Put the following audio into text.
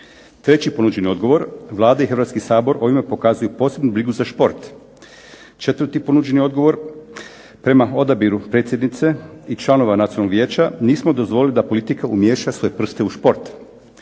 Treći ponuđeni odgovor – Vlada i Hrvatski sabor ovime pokazuju posebnu brigu za šport. Četvrti ponuđeni odgovor – prema odabiru predsjednice i članova Nacionalnog vijeća nismo dozvolili da politika umiješa svoje prste u šport.